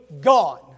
gone